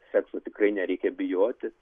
sekso tikrai nereikia bijoti